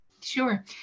Sure